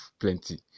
plenty